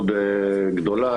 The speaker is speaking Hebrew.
מאוד גדולה,